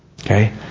Okay